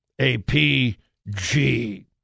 A-P-G